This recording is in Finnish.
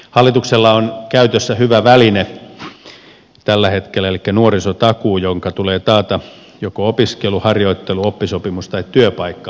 hallituksella on käytössä hyvä väline tällä hetkellä elikkä nuorisotakuu jonka tulee taata joko opiskelu harjoittelu oppisopimus tai työpaikka nuorelle